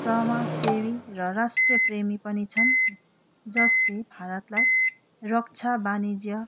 समास सेवी र राष्ट्रीय प्रेमी पनि छन् जसले भारतलाई रक्षा वाणिज्य